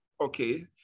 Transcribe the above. okay